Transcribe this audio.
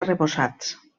arrebossats